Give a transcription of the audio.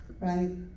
Right